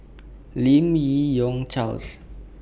Lim Yi Yong Charles